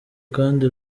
kandi